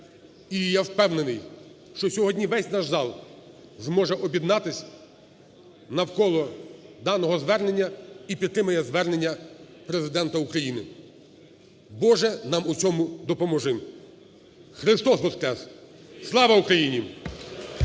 І я впевнений, що сьогодні весь наш зал зможе об'єднатись навколо даного звернення і підтримає звернення Президента України. Боже, нам у цьому допоможи. Христос Воскрес! Слава Україні!